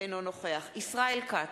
אינו נוכח ישראל כץ,